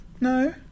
No